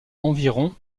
environ